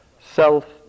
self